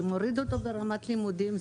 זה מוריד אותו ברמת הלימודים,